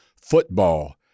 football